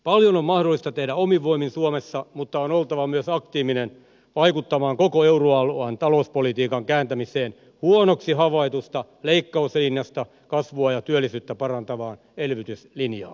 paljon on mahdollista tehdä omin voimin suomessa mutta on oltava myös aktiivinen vaikuttamaan koko euroalueen talouspolitiikan kääntämiseen huonoksi havaitusta leikkauslinjasta kasvua ja työllisyyttä parantavaan elvytyslinjaan